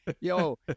yo